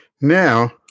Now